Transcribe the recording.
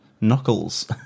knuckles